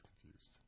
confused